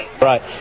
Right